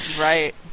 Right